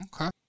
Okay